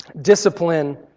discipline